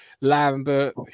Lambert